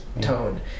tone